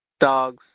Dogs